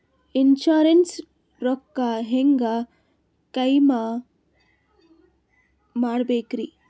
Insurance ರೊಕ್ಕ ಹೆಂಗ claim ಮಾಡ್ಬೇಕ್ರಿ?